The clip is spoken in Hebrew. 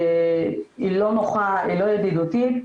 היא לא נוחה, לא ידידותית.